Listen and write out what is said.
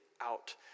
out